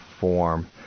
form